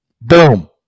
Boom